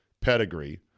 pedigree